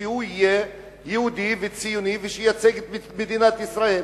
שהוא יהיה יהודי וציוני וייצג את מדינת ישראל.